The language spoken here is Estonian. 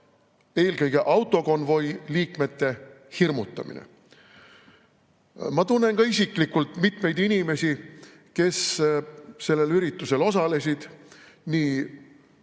eelkõige autokonvoi liikmete hirmutamine. Ma tunnen ka isiklikult mitmeid inimesi, kes sellel üritusel osalesid, nii